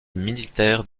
militaire